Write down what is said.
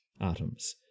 atoms